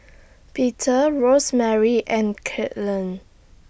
Peter Rosemary and Kadyn